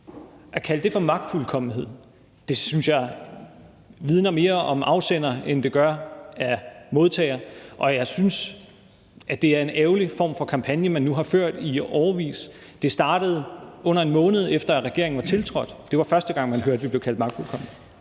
At kalde det for magtfuldkommenhed synes jeg siger mere om afsenderen end om modtageren. Og jeg synes, det er en ærgerlig form for kampagne, man nu har ført i årevis. Det startede, under en måned efter at regeringen var tiltrådt – det var første gang, man hørte, at vi blev kaldt magtfuldkomne.